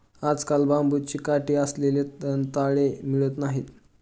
आजकाल बांबूची काठी असलेले दंताळे मिळत नाहीत